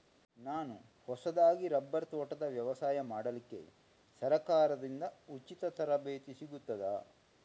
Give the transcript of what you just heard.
ನಾನು ಹೊಸದಾಗಿ ರಬ್ಬರ್ ತೋಟದ ವ್ಯವಸಾಯ ಮಾಡಲಿಕ್ಕೆ ಸರಕಾರದಿಂದ ಉಚಿತ ತರಬೇತಿ ಸಿಗುತ್ತದಾ?